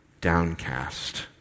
downcast